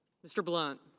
mr. blunt.